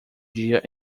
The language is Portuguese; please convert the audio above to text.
dia